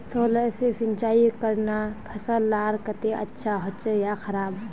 Solar से सिंचाई करना फसल लार केते अच्छा होचे या खराब?